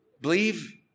believe